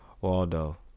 Waldo